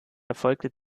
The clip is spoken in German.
erfolgte